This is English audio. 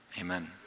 Amen